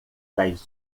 das